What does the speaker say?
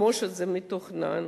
כמו שזה מתוכנן,